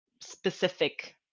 specific